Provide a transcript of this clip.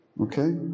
okay